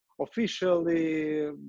officially